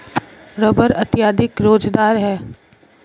rubber अत्यधिक लोचदार है